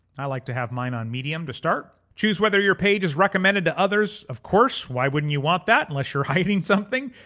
i like to have mine on medium to start. choose whether your page is recommended to others. of course, why wouldn't you want that? unless you're hiding something.